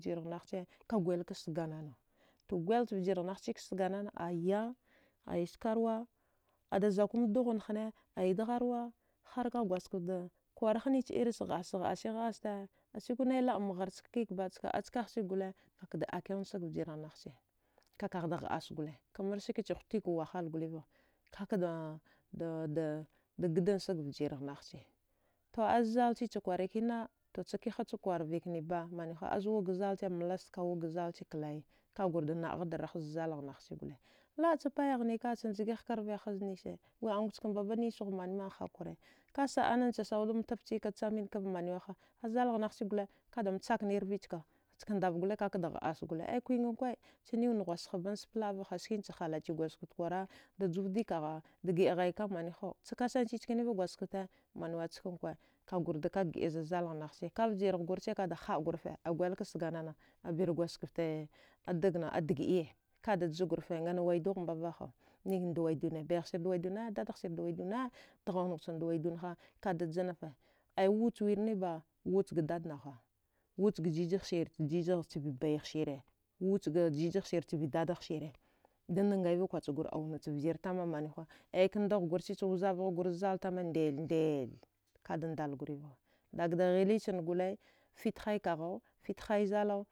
Vjarangha ci ka guli ka sagamana, guli ce vjaranahaci ka saganana, ayah aya sakaruwa ada zaku mi dughu nighe aya degharwa har ka gwazikafte da kwari irice hdassa de hdassaka cuka nay laba ba ghra ka ka ba azkahaci gwal ka da dkila agasge vjiwe naha ce ka ka da hdassa gwal kamar ski huta wahalava kadadana na gida agsage vjare nagha ci ti zallaci kwarina, ca kegha kwar vkena ba za uweka zallaci mlas ka wgu zalla ci klawaya, ka kgwar da ndagha da righa za zallanci gwal, laba ci payani ka asziga hkaubezaghe d nise, wi awgoel be nise ghu mane mane hakuri ka shaida tace sawa da tabaciya ka ce mine kara, maniwe kha, za zallanghaci gwal ka da nckene rvi, zi zdka ndava tgwal ka da hdassa, kwiga kwa wi laba ci halei gwazkafte rnughwasa da juwva ka da ja shaya ce kasshe cikena va gwazkafte mine ski ukwi, ga gwar da gida za zallanci vjine gwre ci ka dahda grefe a gwal aka saganana a bare gwazkafte degna dkadiye ka jugwaufe ana wudva akha nike na wudne, dada ghe siye da wudne, baya sire da wudne ka dzjanate, wiceneba wuceka jisi ceva bayasire, aza dadahe bru dana kwatsa gwre auwa na ce vjira va manewa ka nda gwarci ce wiyava da zalla ci diy ka da andale gwre vighe negwal fte haya ka khal fte haya a zalla